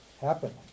happen